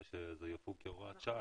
אחרי שזה יפוג כהוראת שעה,